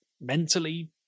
mentally